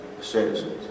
citizens